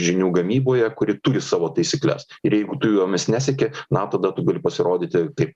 žinių gamyboje kuri turi savo taisykles ir jeigu tu jomis neseki na tada tu gali pasirodyti kaip